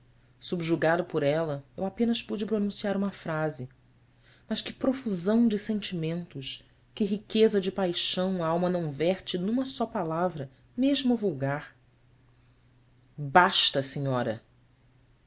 subjugado por ela eu apenas pude pronunciar uma frase mas que profusão de sentimentos que riqueza de paixão a alma não verte numa só palavra mesmo vulgar asta senhora